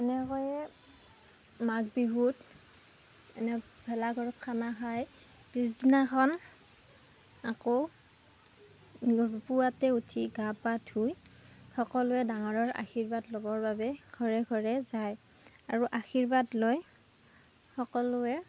এনেকৈয়ে মাঘ বিহুত ভেলা ঘৰত খানা খাই পিছদিনাখন আকৌ পুৱাতে উঠি গা পা ধুই সকলোৱে ডাঙৰৰ আশীৰ্বাদ ল'বৰ বাবে ঘৰে ঘৰে যায় আৰু আশীৰ্বাদ লৈ সকলোৱে